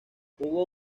hubo